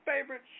favorite